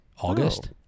August